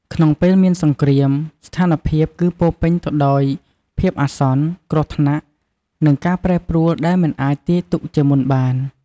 ក្នុងពេលមានសង្គ្រាម ស្ថានភាពគឺពោរពេញទៅដោយភាពអាសន្ន គ្រោះថ្នាក់ និងការប្រែប្រួលដែលមិនអាចទាយទុកជាមុនបាន។